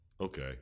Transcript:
Okay